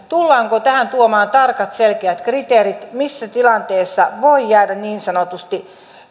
tullaanko tähän tuomaan tarkat selkeät kriteerit missä tilanteessa niin sanotusti